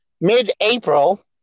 mid-April